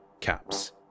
CAPS